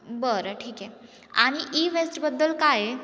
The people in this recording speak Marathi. बरं ठीक आहे आणि ई वेस्टबद्दल काय आहे